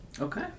Okay